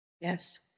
Yes